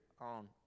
on